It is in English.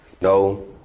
No